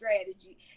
strategy